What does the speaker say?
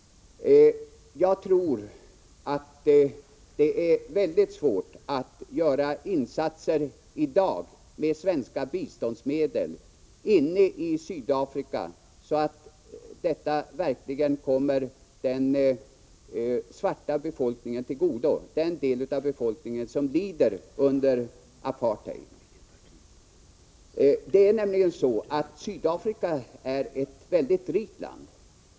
Jag tror att det är mycket svårt att göra insatser i dag med svenska biståndsmedel inne i Sydafrika, så att dessa verkligen kommer den svarta befolkningen till godo — den del av befolkningen som lider under apartheid. Sydafrika är nämligen ett mycket rikt land.